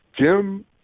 Jim